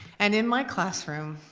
and in my classroom,